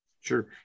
Sure